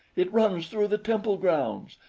it runs through the temple grounds,